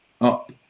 up